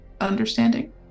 understanding